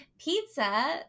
pizza